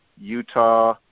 Utah